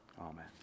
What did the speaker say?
amen